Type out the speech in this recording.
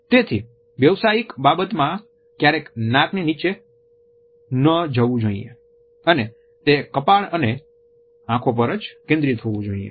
તેથી વ્યવસાયિક બાબતમાં ક્યારેય નાકની નીચે ન જવું જોઈએ અને તે કપાળ અને આંખો પર જ કેન્દ્રિત હોવું જોઇએ